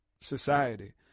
society